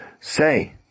say